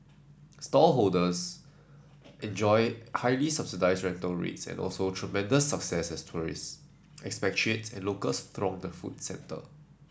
stallholders enjoyed highly subsidised rental rates and also tremendous success as tourists expatriates and locals thronged the food centre